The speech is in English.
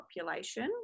population